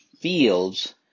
fields